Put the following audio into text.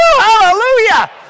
Hallelujah